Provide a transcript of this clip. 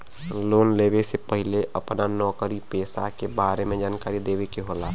Loan लेवे से पहिले अपना नौकरी पेसा के बारे मे जानकारी देवे के होला?